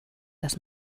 das